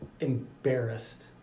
embarrassed